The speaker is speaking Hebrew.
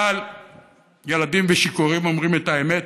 אבל ילדים ושיכורים אומרים את האמת,